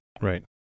Right